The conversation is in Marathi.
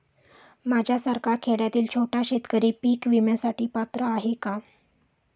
माझ्यासारखा खेड्यातील छोटा शेतकरी पीक विम्यासाठी पात्र आहे का?